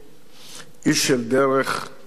איש של דרך ושל עשייה.